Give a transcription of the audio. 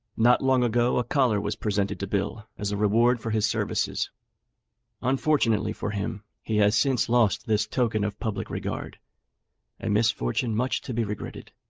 not long ago a collar was presented to bill as a reward for his services unfortunately for him, he has since lost this token of public regard a misfortune much to be regretted.